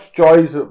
choice